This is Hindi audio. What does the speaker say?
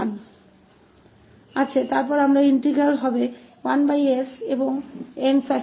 ssan1 है और तब यह समाकल केवल 1s होगा और यह 𝑛